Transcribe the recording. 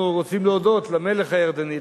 אנחנו רוצים להודות למלך הירדני,